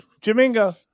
Jamingo